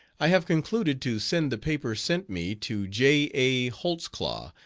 i have concluded to send the paper sent me to j. a. holtzclaw,